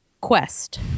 quest